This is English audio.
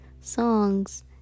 songs